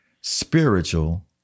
spiritual